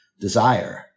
desire